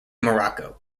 morocco